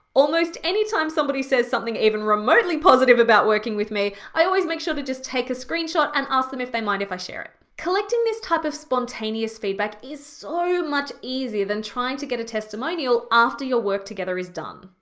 almost any time somebody says something even remotely positive about working with me, i always make sure to just take a screenshot and ask them if they mind if i share it. collecting this type of spontaneous feedback is so much easier than trying to get a testimonial after your work together is done.